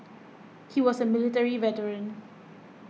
he was a military veteran